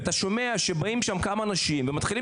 ואתה שומע שבאים שם כמה אנשים ומתחילים